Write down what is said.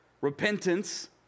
repentance